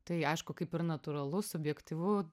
tai aišku kaip ir natūralu subjektyvu